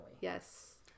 Yes